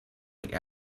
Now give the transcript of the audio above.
like